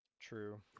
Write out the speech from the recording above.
True